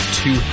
two